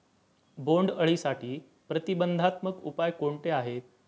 बोंडअळीसाठी प्रतिबंधात्मक उपाय कोणते आहेत?